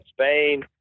Spain